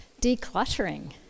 decluttering